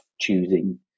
Choosing